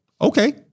okay